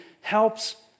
helps